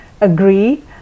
agree